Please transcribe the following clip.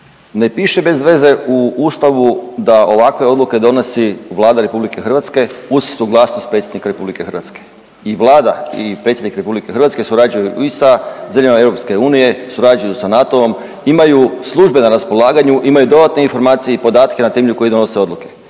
Ne piše bez veze u Ustavu da ovakve odluke donosi Vlada RH uz suglasnost predsjednika RH i Vlada i predsjednik RH surađuju i sa zemljama EU, surađuju sa NATO-om, imaju službe na raspolaganju, imaju dodatne informacije i podatke na temelju kojih donose odluke.